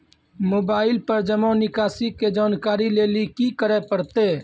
Mobile पर जमा निकासी के जानकरी लेली की करे परतै?